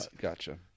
Gotcha